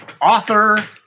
author